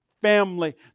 family